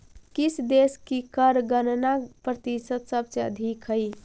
किस देश की कर गणना प्रतिशत सबसे अधिक हई